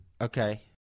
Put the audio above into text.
Okay